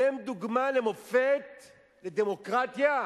אתם דוגמה ומופת לדמוקרטיה?